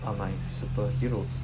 are my superheroes